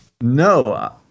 No